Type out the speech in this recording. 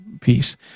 piece